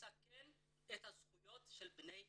לסכן את הזכויות של בני הקהילה,